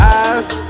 eyes